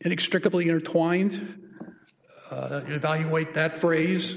inextricably intertwined evaluate that phrase